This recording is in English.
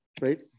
right